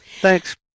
Thanks